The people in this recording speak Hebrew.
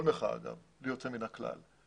כל מחאה בלי יוצא מן הכלל,